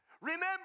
Remember